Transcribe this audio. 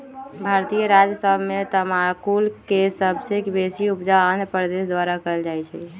भारतीय राज्य सभ में तमाकुल के सबसे बेशी उपजा आंध्र प्रदेश द्वारा कएल जाइ छइ